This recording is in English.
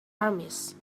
armies